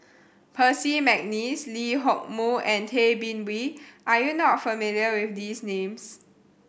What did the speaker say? Percy McNeice Lee Hock Moh and Tay Bin Wee are you not familiar with these names